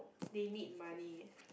they need money